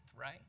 right